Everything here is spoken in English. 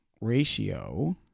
ratio